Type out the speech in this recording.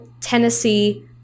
Tennessee